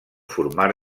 formar